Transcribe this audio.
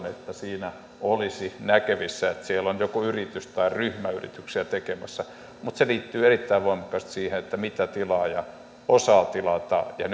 että siinä olisi näkyvissä että siellä on joku yritys tai ryhmä yrityksiä tekemässä mutta se liittyy erittäin voimakkaasti siihen mitä tilaaja osaa tilata ja